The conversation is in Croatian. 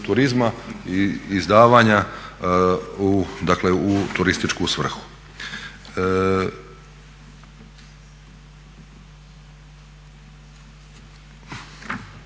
turizma i izdavanja u turističku svrhu.